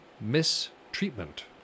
mistreatment